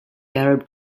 arab